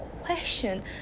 question